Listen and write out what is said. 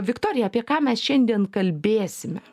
viktorija apie ką mes šiandien kalbėsime